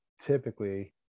typically